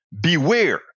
beware